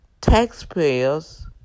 taxpayers